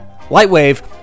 Lightwave